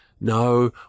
no